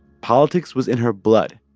politics was in her blood,